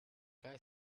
guy